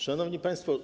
Szanowni Państwo!